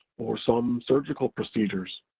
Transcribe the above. or some surgical procedures.